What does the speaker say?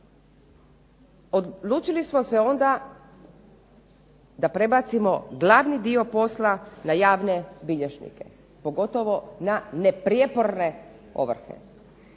Odlučili smo se onda da prebacimo glavni dio posla na javne bilježnike, pogotovo na neprijeporne ovrhe.